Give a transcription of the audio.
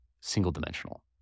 single-dimensional